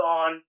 on